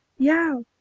yow!